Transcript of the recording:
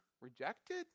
rejected